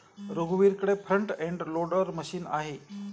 रघुवीरकडे front end loader machine आहे